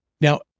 Now